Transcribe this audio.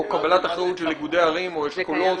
קבלת אחריות של איגודי ערים או אשכולות.